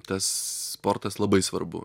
tas sportas labai svarbu